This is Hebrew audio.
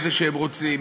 איזה שהם רוצים,